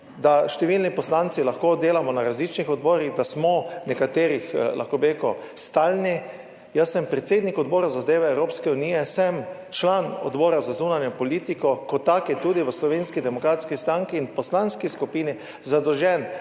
da številni poslanci lahko delamo na različnih odborih, da smo v nekaterih, lahko bi rekel, stalni, jaz sem predsednik Odbora za zadeve Evropske unije, sem član Odbora za zunanjo politiko, kot tak je tudi v Slovenski demokratski stranki in poslanski skupini zadolžen